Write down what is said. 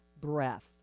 breath